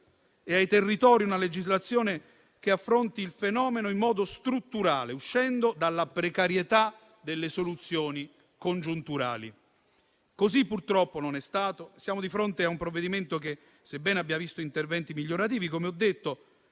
e ai territori una legislazione che affronti il fenomeno in modo strutturale, uscendo dalla precarietà delle soluzioni congiunturali. Così purtroppo non è stato: siamo di fronte a un provvedimento che, sebbene abbia visto interventi migliorativi, come ho detto,